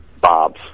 Bob's